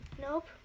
Nope